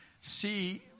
see